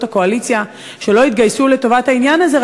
הקואליציה שלא התגייסו לטובת העניין הזה.